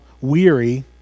weary